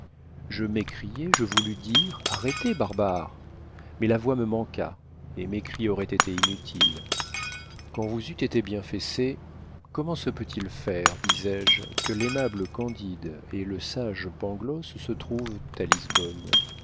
je m'écriai je voulus dire arrêtez barbares mais la voix me manqua et mes cris auraient été inutiles quand vous eûtes été bien fessé comment se peut-il faire disais-je que l'aimable candide et le sage pangloss se trouvent à lisbonne